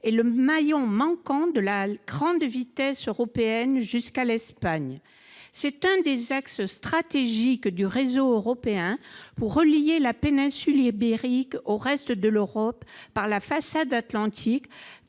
est le maillon manquant de la grande vitesse européenne jusqu'à l'Espagne. C'est l'un des axes stratégiques du réseau européen pour relier la péninsule ibérique au reste de l'Europe par la façade Atlantique,